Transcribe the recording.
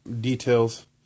details